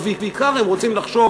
ובעיקר הם רוצים לחשוב